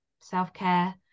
self-care